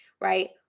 right